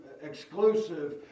exclusive